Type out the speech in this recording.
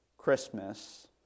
Christmas